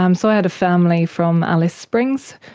um so i had a family from alice springs,